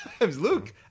Luke